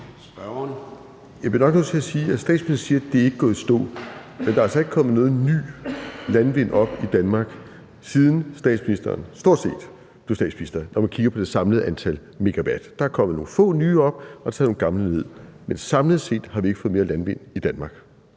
Jeg bliver nok nødt til at sige, når statsministeren siger, det ikke er gået i stå, at der altså stort set ikke er kommet noget ny landvindenergi op i Danmark, siden statsministeren blev statsminister, når man kigger på det samlede antal megawatt. Der er kommet nogle få nye op og blevet taget nogle gamle ned, men samlet set har vi ikke fået mere landvind i Danmark,